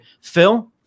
Phil